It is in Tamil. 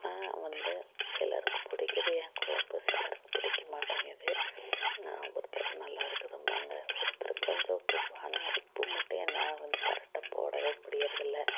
ஆனால் வந்து சிலருக்கு பிடிக்கிது என் கொழம்பு சிலருக்கு பிடிக்க மாட்டேங்குது நான் ஒருத்தர் நல்லாயிருக்குதுன்பாங்க ஒருத்தர் கொஞ்சம் உப்பு ஆனால் உப்பு மட்டும் என்னால் வந்து கரெக்டாக போடவே முடிகிறதில்ல